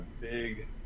big